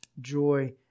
joy